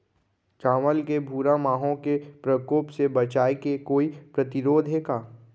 चांवल के भूरा माहो के प्रकोप से बचाये के कोई प्रतिरोधी हे का?